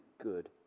good